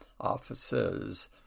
offices